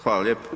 Hvala lijepo.